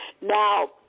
Now